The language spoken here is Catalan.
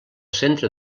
centre